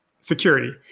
security